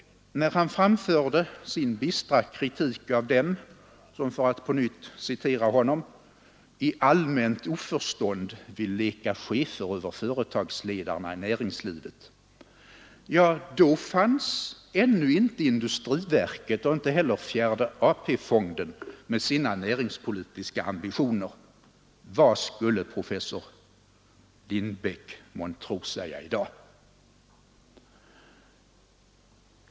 Allmänna pensions När han framförde sin bistra kritik av dem som — för att på nytt citera — fondens förvaltning, honom — ”i allmänt oförstånd vill leka chefer över företagarna i 7. Mm. näringslivet”, då fanns ännu inte industriverket och inte heller fjärde AP-fonden med sina näringspolitiska ambitioner. Vad skulle professor Lindbeck månntro säga i dag?